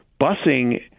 busing